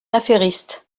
affairiste